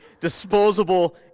disposable